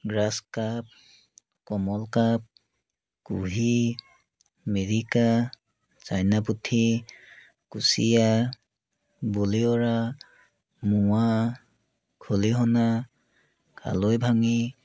grass carp common carp কুহি মিৰিকা চাইনা পুঠি কুচিয়া বৰিয়লা মোৱা খলিহনা খালৈভাঙি